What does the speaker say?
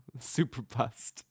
Superbust